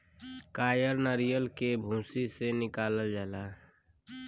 कायर नरीयल के भूसी से निकालल जाला